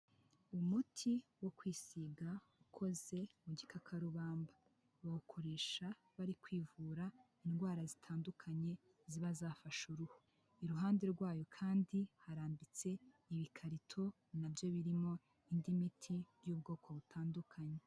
Umuti wo kwisiga ukoze mu gikakarubamba, bawukoresha bari kwivura indwara zitandukanye ziba zafashe uruhu, iruhande rwayo kandi harambitse ibikarito na byo birimo indi miti y'ubwoko butandukanye.